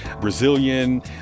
Brazilian